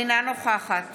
אינה נוכחת